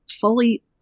fully